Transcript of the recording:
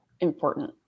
important